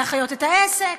להחיות את העסק,